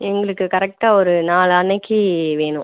எங்களுக்கு கரெக்டாக ஒரு நாளான்னைக்கு வேணும்